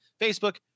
Facebook